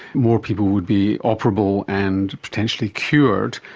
more people would be operable and potentially cured,